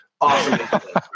Awesome